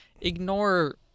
Ignore